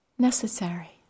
necessary